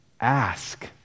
ask